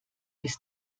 bis